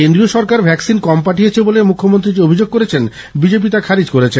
কেন্দ্রীয় সরকার ভ্যাকসিন কম পাঠিয়েছে বলে মুখ্যমন্ত্রী যে অভিযোগ করেছেন বিজেপি তা খারিজ করেছে